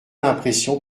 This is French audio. l’impression